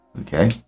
Okay